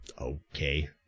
okay